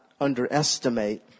underestimate